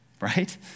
right